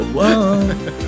Whoa